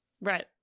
Right